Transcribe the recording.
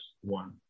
one